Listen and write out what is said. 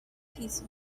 piece